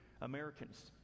Americans